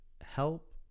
help